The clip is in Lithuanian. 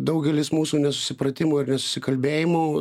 daugelis mūsų nesusipratimų nesusikalbėjimų